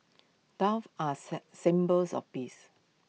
doves are say symbols of peace